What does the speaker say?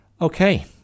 okay